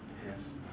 yes